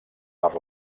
per